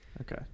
Okay